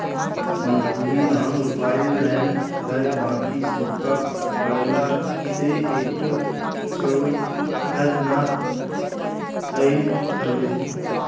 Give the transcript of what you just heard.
मंसूरी धान रोपाइल रहल ह बाकि सुखा पड़ला से एको चाउर घरे ना आइल हवे